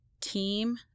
team